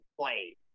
play